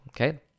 okay